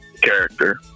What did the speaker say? character